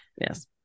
Yes